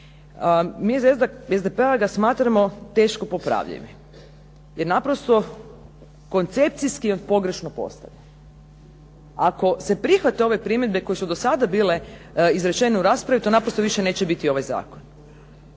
mi iz SDP-a ga smatramo teško popravljivim, jer naprosto koncepcijski je pogrešno postavljen. Ako se prihvate ove primjedbe koje su do sada bile izrečene u raspravi, to naprosto više neće biti ovaj zakon.